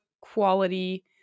quality